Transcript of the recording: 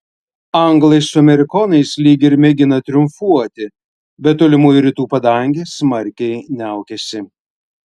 anglai su amerikonais lyg ir mėgina triumfuoti bet tolimųjų rytų padangė smarkiai niaukiasi